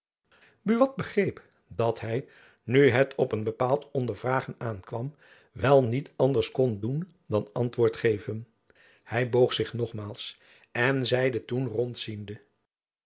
buat begreep dat hy nu het op een bepaald ondervragen aankwam wel niet anders kon doen dan antwoord geven hy boog zich nogmaals en zeide toen